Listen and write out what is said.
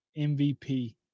MVP